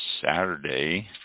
Saturday